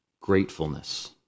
Gratefulness